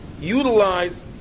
utilize